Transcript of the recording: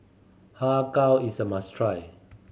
Har Kow is a must try